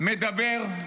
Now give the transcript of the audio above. מדבר,